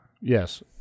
yes